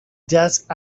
desk